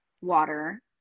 Water